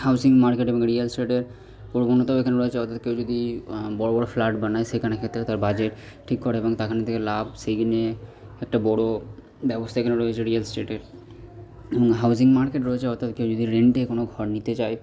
housing market এবং real এস্টেটের এখানে রয়েছে অর্থাৎ কেউ যদি বড় বড় ফ্ল্যাট বানায় সেখানে ক্ষেত্রে তার বাজেট ঠিক করে এবং থেকে লাভ সেগে নিয়ে একটা বড় ব্যবস্থা এখানে রয়েছে রিয়েল এস্টেটের এবং হাউসিং মার্কেট রয়েছে অর্থাৎ কেউ যদি রেন্টে কোনও ঘর নিতে চায়